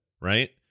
Right